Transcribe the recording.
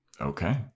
Okay